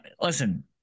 listen